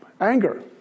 Anger